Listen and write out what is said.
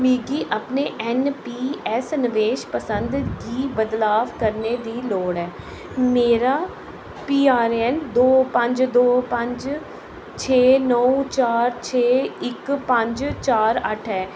मिगी अपने N P S निवेश पसंद गी बदलाव करने दी लोड़ ऐ मेरा पी आर ए एन दो पंज दो पंज छे नौ चार छे इक पंज चार अट्ठ ऐ